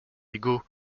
hugo